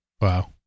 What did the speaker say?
Wow